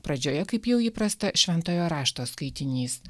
pradžioje kaip jau įprasta šventojo rašto skaitinys